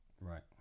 Right